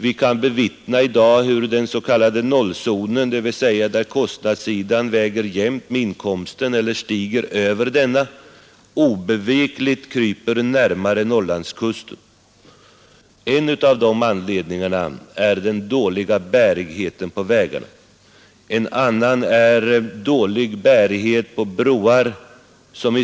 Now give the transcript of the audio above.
Vi kan bevittna hur den s.k. nollzonen, dvs. där kostnadssidan väger jämnt med inkomsten eller stiger över denna, obevekligt kryper närmare Norrlandskusten. En av anledningarna är dålig bärighet på vägarna, en annan är dålig bärighet på broar, som